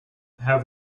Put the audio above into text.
have